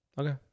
Okay